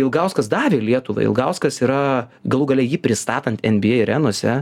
ilgauskas davė lietuvai ilgauskas yra galų gale jį pristatant nba arenose